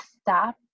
stop